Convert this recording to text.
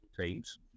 teams